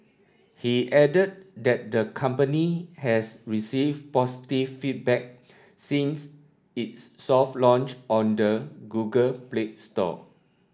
he added that the company has receive positive feedback since its soft launch on the Google Play Store